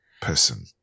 person